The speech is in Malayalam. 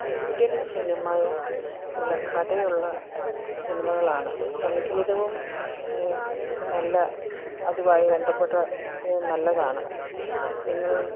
ഇന്ത്യൻ സിനിമയെ നല്ല കഥയുള്ള സിനിമകളാണ് സംഗീതവും നല്ല അതുമായി ബന്ധപ്പെട്ട നല്ലതാണ് നിങ്ങൾ